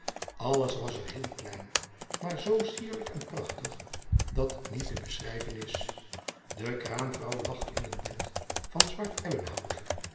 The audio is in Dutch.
alles was er heel klein maar zoo sierlijk en prachtig dat het niet te beschrijven is de kraamvrouw lag in een bed van zwart ebbenhout